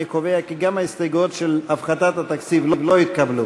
אני קובע כי גם ההסתייגויות של הפחתת התקציב לא התקבלו.